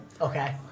Okay